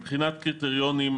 מבחינת קריטריונים,